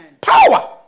Power